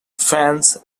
fans